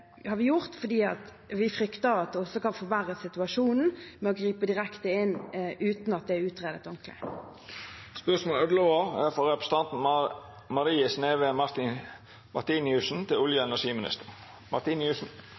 har vi gjort fordi vi frykter at det kan forverre situasjonen å gripe direkte inn uten at det er utredet ordentlig. Mitt spørsmål er: «Mener statsråden det var riktig av Statnett å friskmelde kraftsituasjonen med tanke på fyllingsgraden i magasinene; og er